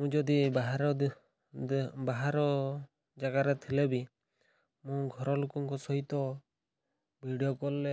ମୁଁ ଯଦି ବାହାର ବାହାର ଜାଗାରେ ଥିଲେ ବି ମୁଁ ଘରଲୋକଙ୍କ ସହିତ ଭିଡ଼ିଓ କଲ୍ରେ